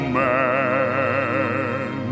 man